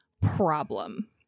problem